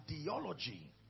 ideology